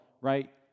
right